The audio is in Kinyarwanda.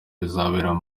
bizabera